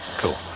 cool